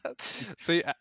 see